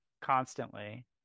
constantly